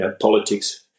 politics